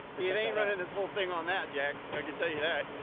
it ain't running this whole thing on that, jack. i can tell you that.